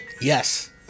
Yes